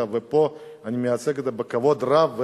ואני פה מייצג אותה בכבוד רב,